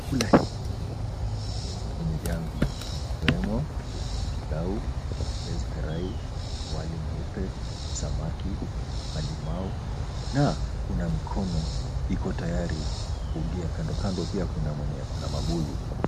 Chakula hii imewekwa kwenye jamvi ikiwemo pilau, viazi karai, wali mweupe, samaki, malimau na kuna mikono iko tayari kubugia. Kando kando pia kuna mwenye akona mabuyu.